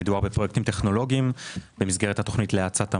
מדובר בפרויקטים טכנולוגיים במסגרת התכנית להאצת המשק,